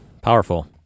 powerful